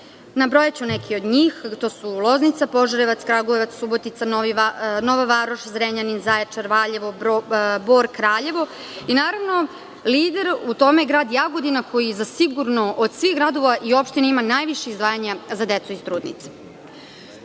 Nabrojaću neke od njih, to su Loznica, Požarevac, Kragujevac, Subotica, Nova Varoš, Zrenjanin, Zaječar, Valjevo, Bor, Kraljevo i naravno lider u tome grad Jagodina koji zasigurno od svih gradova i opština ima najviše izdvajanja za decu i trudnice.